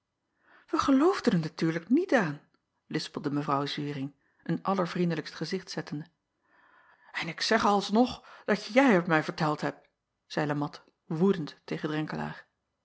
ij geloofden er natuurlijk niet aan lispelde w uring een allervriendelijkst gezicht zettende n ik zeg alsnog dat jij het mij verteld hebt zeî e at woedend tegen